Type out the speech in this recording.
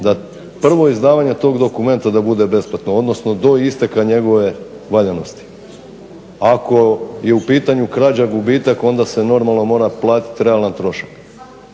prvo izdavanje tog dokumenta da bude besplatno, odnosno do isteka njegove valjanosti? Ako je u pitanju krađa, gubitak onda se normalno mora platiti realan trošak.